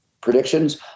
predictions